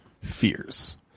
fears